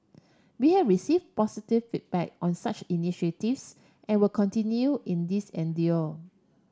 we have received positive feedback on such initiatives and will continue in this